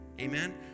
amen